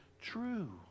true